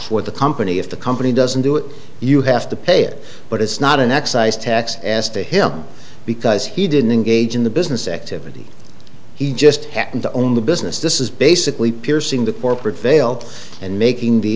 with the company if the company doesn't do it you have to pay it but it's not an excise tax as to him because he didn't engage in the business activity he just happened to own the business this is basically piercing the corporate veil and making the